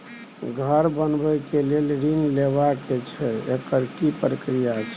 घर बनबै के लेल ऋण लेबा के छै एकर की प्रक्रिया छै?